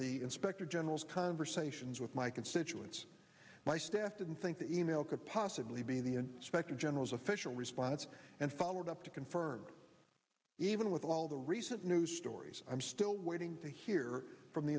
the inspector general's conversations with my constituents my staff didn't think the e mail could possibly be the inspector general's official response and followed up to confirm even with all the recent news stories i'm still waiting to hear from the